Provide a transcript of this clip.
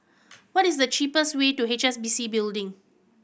what is the cheapest way to H S B C Building